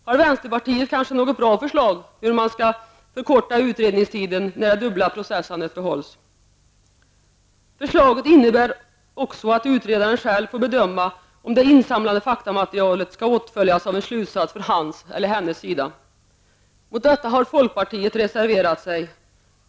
Har vänsterpartiet kanske något bra förslag om hur man skall förkorta utredningstiden när det dubbla processandet behålls? Förslaget innebär också att utredaren själv får bedöma om det insamlade faktamaterialet skall åtföljas av en slutsats från hans eller hennes sida. Mot detta har folkpartiet reserverat sig.